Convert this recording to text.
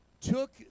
took